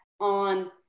on